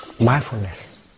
mindfulness